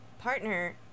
partner